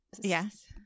Yes